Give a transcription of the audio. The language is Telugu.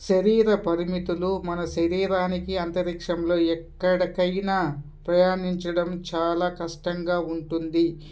శరీర పరిమితులు మన శరీరానికి అంతరిక్షంలో ఎక్కడికైనా ప్రయాణించడం చాలా కష్టంగా ఉంటుంది